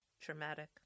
traumatic